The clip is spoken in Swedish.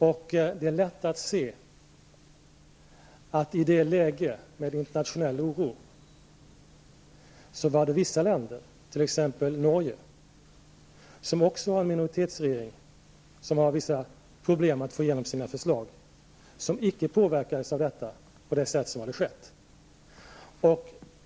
Och det är lätt att se att det i ett läge med internationell oro var vissa länder -- t.ex. Norge, som också har minoritetsregering och som har vissa problem med att få igenom sina förslag -- som icke påverkades av detta på det sätt som här hade skett.